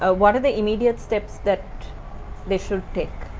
ah what are the immediate steps that they should take?